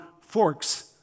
forks